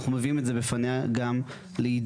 אנחנו מביאים את זה בפניה גם ליידוע,